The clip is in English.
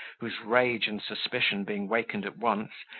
whose rage and suspicion being wakened at once,